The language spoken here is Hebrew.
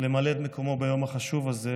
למלא את מקומו ביום החשוב הזה,